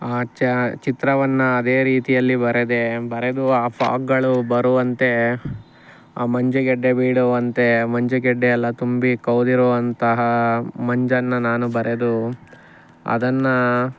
ಆ ಚಿತ್ರವನ್ನು ಅದೇ ರೀತಿಯಲ್ಲಿ ಬರೆದೆ ಬರೆದು ಆ ಫಾಗ್ಗಳು ಬರುವಂತೆ ಆ ಮಂಜುಗೆಡ್ಡೆ ಬೀಳುವಂತೆ ಮಂಜುಗೆಡ್ಡೆಯೆಲ್ಲ ತುಂಬಿ ಕವಿದಿರುವಂತಹ ಮಂಜನ್ನು ನಾನು ಬರೆದು ಅದನ್ನು